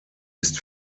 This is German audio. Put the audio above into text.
ist